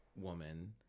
woman